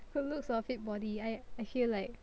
good looks or fit body I feel like